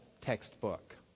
textbook